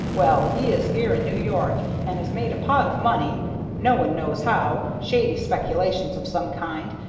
well, he is here in new york, and has made a pot of money no one knows how. shady speculations of some kind,